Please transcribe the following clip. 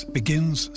begins